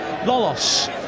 Lolos